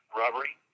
robbery